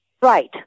right